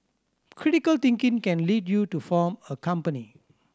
critical thinking can lead you to form a company